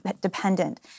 dependent